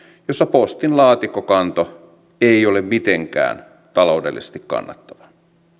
jossa postin laatikkokanto ei ei ole mitenkään taloudellisesti kannattavaa